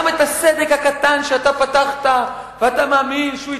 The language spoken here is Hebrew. גם את הסדק הקטן שאתה פתחת ואתה מאמין שהוא התרחב,